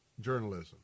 journalism